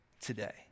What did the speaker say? today